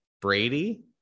Brady